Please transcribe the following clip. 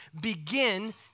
begin